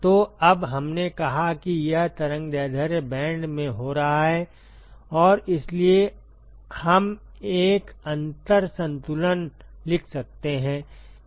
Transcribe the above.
तो अब हमने कहा कि यह तरंग दैर्ध्य बैंड में हो रहा है और इसलिए हम एक अंतर संतुलन लिख सकते हैं